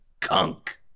Kunk